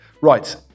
Right